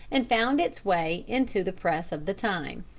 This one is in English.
and found its way into the press of the time.